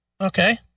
Okay